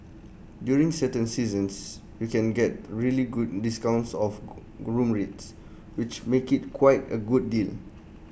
during certain seasons you can get really good discounts off room rates which make IT quite A good deal